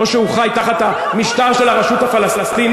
או שהוא חי תחת המשטר של הרשות הפלסטינית,